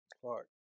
Clark